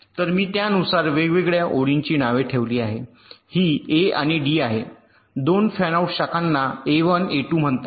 तर मी त्यानुसार वेगवेगळ्या ओळींची नावे ठेवली आहेत ही ए आणि डी आहे 2 फॅनआउट शाखांना ए 1 ए 2 म्हणतात